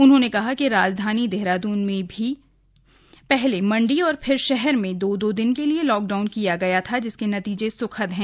उन्होंने कहा कि राजधानी देहरादन में भी पहले मंडी और फिर शहर में दो दो दिन के लिए लॉकडाउन किया गया था जिसके नतीजे सुखद है